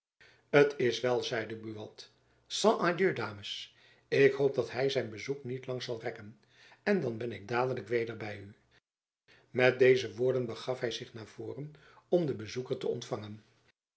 t is wel zeide buat sans adieu dames ik hoop dat hy zijn bezoek niet lang zal rekken en dan ben ik dadelijk weder by u met deze woorden begaf hy zich naar voren om den bezoeker te ontfangen